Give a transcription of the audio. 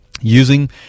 using